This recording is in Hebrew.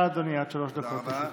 בבקשה, אדוני, עד שלוש דקות לרשותך.